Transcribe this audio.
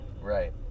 Right